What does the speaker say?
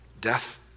Death